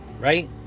right